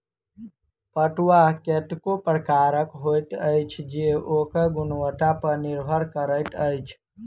पटुआ कतेको प्रकारक होइत अछि जे ओकर गुणवत्ता पर निर्भर करैत अछि